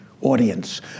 audience